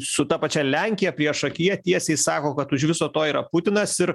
su ta pačia lenkija priešakyje tiesiai sako kad už viso to yra putinas ir